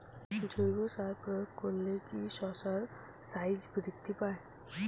জৈব সার প্রয়োগ করলে কি শশার সাইজ বৃদ্ধি পায়?